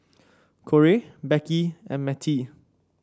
Korey Becky and Mettie